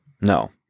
No